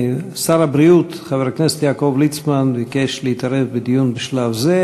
שר הבריאות חבר הכנסת יעקב ליצמן ביקש להתערב בדיון בשלב זה,